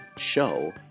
show